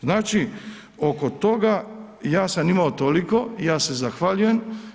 Znači oko toga ja sam imao toliko i ja se zahvaljujem.